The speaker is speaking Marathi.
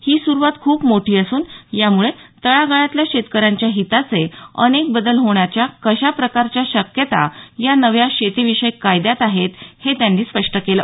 ही सुरुवात खूप मोठी असून यामुळे तळागाळातल्या शेतकऱ्यांच्या हिताचे अनेक बदल होण्याच्या कशाप्रकारच्या शक्यता या नव्या शेती विषयक कायद्यात आहेत हे त्यांनी स्पष्ट केलं